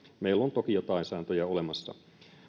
meillä on toki jotain sääntöjä olemassa